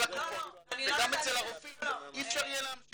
הקופות וגם אצל הרופאים אי אפשר יהיה להמשיך.